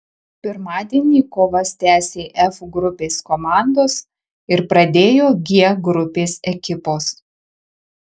pirmadienį kovas tęsė f grupės komandos ir pradėjo g grupės ekipos